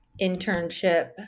internship